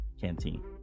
Canteen